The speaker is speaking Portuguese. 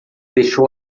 deixou